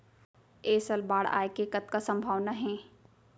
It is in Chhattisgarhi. ऐ साल बाढ़ आय के कतका संभावना हे?